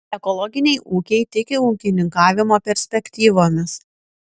ekologiniai ūkiai tiki ūkininkavimo perspektyvomis